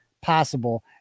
possible